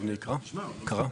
בשתי מילים רק.